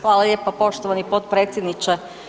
Hvala lijepo poštovani potpredsjedniče.